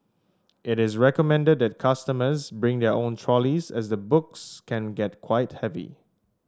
it is recommended that customers bring their own trolleys as the books can get quite heavy